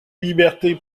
liberté